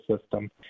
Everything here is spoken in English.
System